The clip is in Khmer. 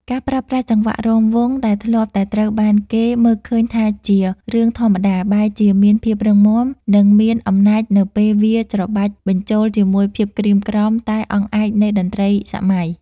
ការប្រើប្រាស់ចង្វាក់រាំវង់ដែលធ្លាប់តែត្រូវបានគេមើលឃើញថាជារឿងធម្មតា បែរជាមានភាពរឹងមាំ និងមានអំណាចនៅពេលវាច្របាច់បញ្ចូលជាមួយភាពក្រៀមក្រំតែអង់អាចនៃតន្ត្រីសម័យ។